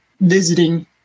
visiting